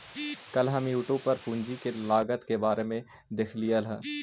कल हम यूट्यूब पर पूंजी के लागत के बारे में देखालियइ हल